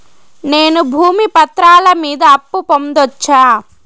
నేను భూమి పత్రాల మీద అప్పు పొందొచ్చా?